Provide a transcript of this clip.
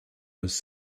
was